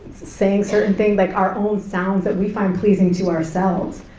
saying certain things, like our own sounds that we find pleasing to ourselves,